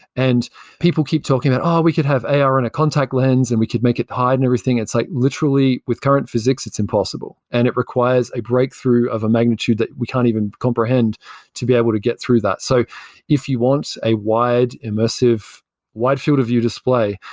and people keep talking about, oh, we could have ar in a contact lens and we could make it hide and everything. it's like literally with current physics, it's impossible, and it requires a breakthrough of a magnitude that we can't even comprehend to be able to get through that so if you want a wide immersive wide field-of-view display,